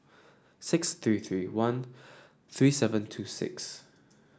six three three one three seven two six